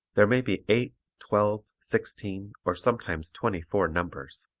there may be eight, twelve, sixteen or sometimes twenty-four numbers,